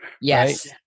Yes